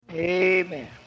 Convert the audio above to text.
Amen